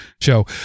show